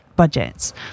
Budgets